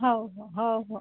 हो हो हो हो